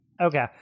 Okay